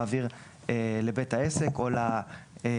מעביר לבית העסק או למוטב.